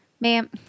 ma'am